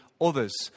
others